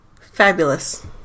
fabulous